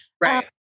Right